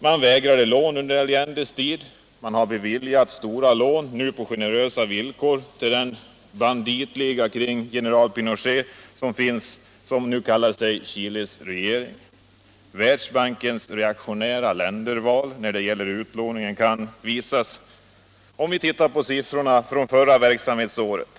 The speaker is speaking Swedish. Man vägrade lån under Allendes tid, man har beviljat stora lån på generösa villkor till den banditliga kring general Pinochet som nu kallar sig Chiles regering. Världsbankens reaktionära länderval vid utlåningen belyses av siffrorna från förra verksamhetsåret.